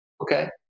Okay